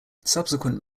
subsequent